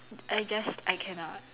I guess I cannot